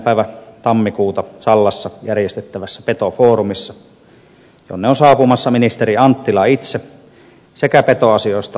päivä tammikuuta sallassa järjestettävässä petofoorumissa jonne on saapumassa ministeri anttila itse sekä petoasioista vastaavia virkamiehiä